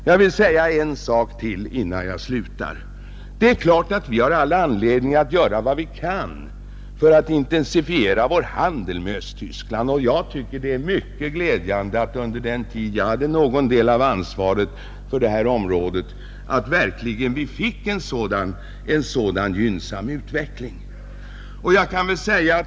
Jag vill säga en sak till innan jag slutar. Det är klart att vi har all anledning .att göra vad vi kan för att intensifiera vår handel med Östtyskland, och jag tycker att det är mycket glädjande att vi under den tid jag hade någon del av ansvaret för detta område verkligen fick en sådan gynnsam utveckling till stånd.